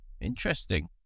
Interesting